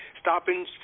stopping